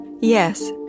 Yes